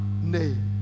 name